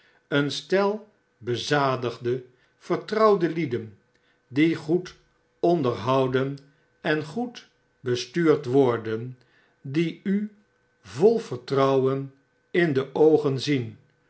een stel bezadigde vertrouwbare iieden die goed onderhouden en goed bestuurd worden die u vol vertrouwen in de oogen zien